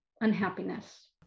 unhappiness